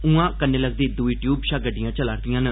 उआं कन्ने लगदी दूई टयूब शा गडि्डयां चला'रदियां न